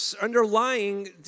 underlying